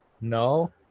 No